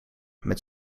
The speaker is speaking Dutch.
met